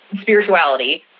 spirituality